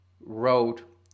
wrote